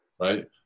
Right